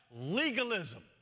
legalism